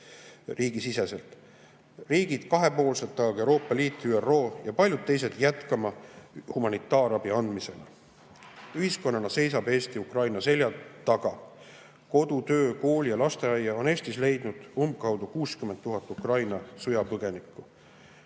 riigisiseselt. Riigid kahepoolselt, aga ka Euroopat Liit, ÜRO ja paljud teised [peavad] jätkama humanitaarabi andmist. Ühiskonnana seisab Eesti Ukraina selja taga. Kodu, töö, kooli ja lasteaia on Eestis leidnud umbkaudu 60 000 Ukraina sõjapõgenikku